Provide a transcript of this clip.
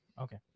Okay